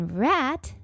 rat